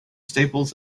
staples